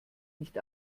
nicht